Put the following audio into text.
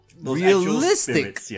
realistic